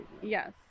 Yes